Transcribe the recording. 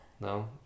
No